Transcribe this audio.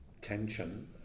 tension